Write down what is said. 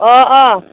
अह अह